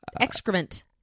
excrement